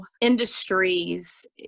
industries